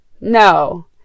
No